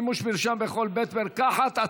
מימוש מרשם בכל בית מרקחת),